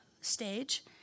stage